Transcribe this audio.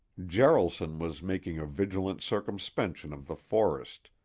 jaralson was making a vigilant circumspection of the forest,